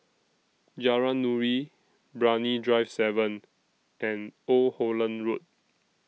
Jalan Nuri Brani Drive seven and Old Holland Road